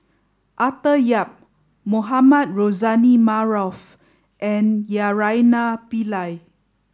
Arthur Yap Mohamed Rozani Maarof and Naraina Pillai